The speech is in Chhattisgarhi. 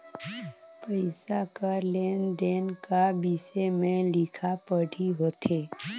पइसा कर लेन देन का बिसे में लिखा पढ़ी होथे